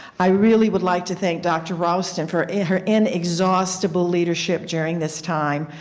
i really would like to thank dr. ralston for her inexhaustible leadership during this time.